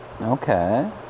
Okay